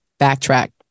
backtrack